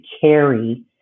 carry